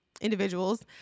individuals